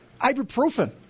ibuprofen